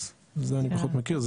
את זה אני פחות מכיר,